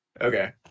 Okay